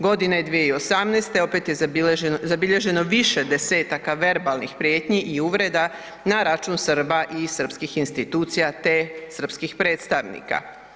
Godine 2018. opet je zabilježeno više desetaka verbalnih prijetnji i uvreda na račun Srba i srpskih institucija te srpskih predstavnika.